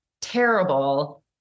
terrible